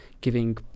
giving